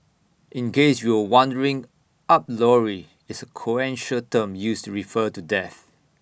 in case you were wondering up lorry is A colloquial term used refer to death